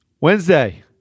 Wednesday